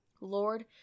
Lord